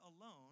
alone